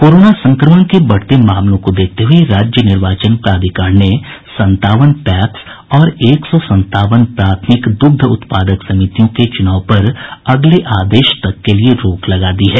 corona संक्रमण के बढ़ते मामलों को देखते हुए राज्य निर्वाचन प्राधिकार ने संतावन पैक्स और एक सौ संतावन प्राथमिक दुग्ध उत्पादक समितियों के चुनाव पर अगले आदेश तक के लिए रोक लगा दी है